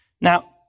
Now